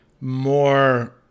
more